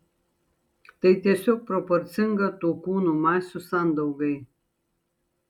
tai tiesiog proporcinga tų kūnų masių sandaugai